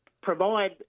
provide